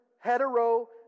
hetero